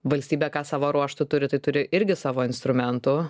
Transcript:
valstybę kas savo ruožtu turi tai turi irgi savo instrumentų